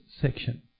section